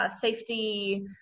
safety